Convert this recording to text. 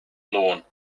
lawn